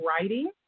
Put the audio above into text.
writing